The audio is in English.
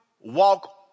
walk